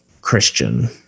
Christian